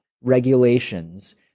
regulations